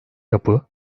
yapı